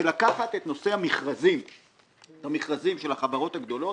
של לקחת את נושא המכרזים של החברות הגדולות